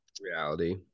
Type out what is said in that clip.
reality